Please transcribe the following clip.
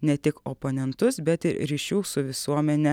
ne tik oponentus bet ir ryšių su visuomene